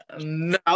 no